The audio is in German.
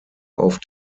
auf